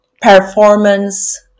performance